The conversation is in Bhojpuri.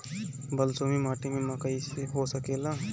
बलसूमी माटी में मकई हो सकेला?